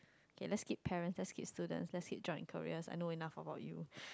okay let's skip parent let's skip student let's skip job and career I know enough for about you